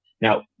Now